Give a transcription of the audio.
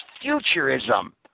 futurism